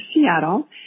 Seattle